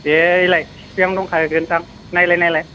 दे बैलाय सिफियावनो दंखायोगोनदां नायलाय नायलाय